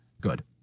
good